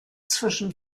zwischen